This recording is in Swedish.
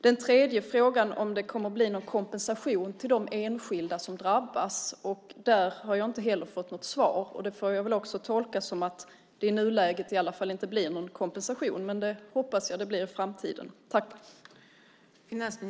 Den tredje frågan var om det kommer att bli någon kompensation till de enskilda som drabbas. Där har jag heller inte fått något svar. Det får jag tolka som att det i nuläget inte blir någon kompensation, men det hoppas jag att det blir i framtiden.